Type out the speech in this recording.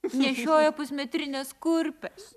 nešioja pusmetrines kurpes